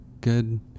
good